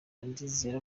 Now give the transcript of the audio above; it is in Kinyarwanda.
ndizera